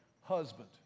husband